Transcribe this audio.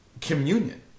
communion